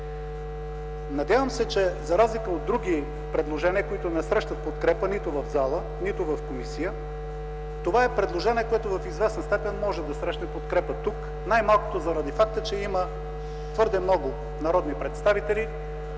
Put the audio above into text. Надявам се, че, за разлика от други предложения, които не срещат подкрепа нито в залата, нито в комисията, това е предложение, което в известна степен може да срещне подкрепа тук – най-малкото заради факта, че има твърде много народни представители,